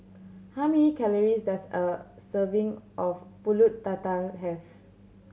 how many calories does a serving of Pulut Tatal have